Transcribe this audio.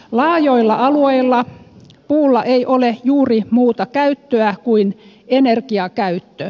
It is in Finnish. laajoilla alueilla puulla ei ole juuri muuta käyttöä kuin energiakäyttö